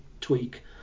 tweak